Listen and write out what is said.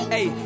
Hey